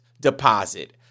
deposit